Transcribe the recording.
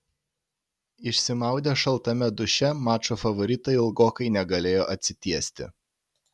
išsimaudę šaltame duše mačo favoritai ilgokai negalėjo atsitiesti